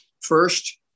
First